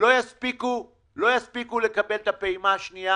לא יספיקו לקבל את הפעימה השנייה.